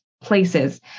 places